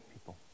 people